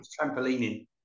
trampolining